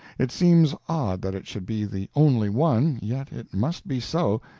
it seems odd that it should be the only one, yet it must be so,